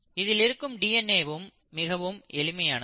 இதில் இருக்கும் D N A வும் மிகவும் எளிமையானது